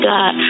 God